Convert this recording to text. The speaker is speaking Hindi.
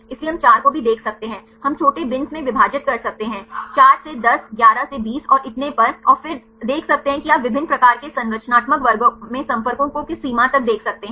इसलिए हम 4 को भी देख सकते हैं हम छोटे बिन्स में विभाजित कर सकते हैं 4 से 10 11 से 20 और इतने पर और फिर देख सकते हैं कि आप विभिन्न प्रकार के संरचनात्मक वर्गों में संपर्कों को किस सीमा तक देख सकते हैं